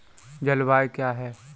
जलवायु क्या है?